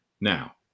now